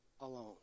alone